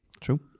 True